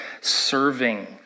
serving